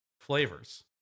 flavors